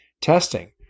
testing